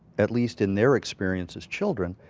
at least in their experience as children,